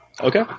Okay